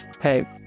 hey